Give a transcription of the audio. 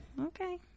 Okay